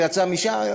זה יצא משם.